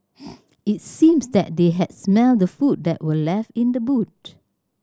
it seemed that they had smelt the food that were left in the boot